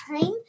time